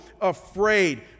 afraid